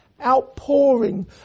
Outpouring